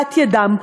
נגיעת ידם,